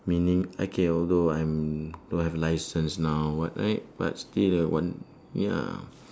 meaning okay although I mm don't have licence now or what right but still uh want ya